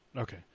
okay